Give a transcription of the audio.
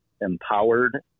empowered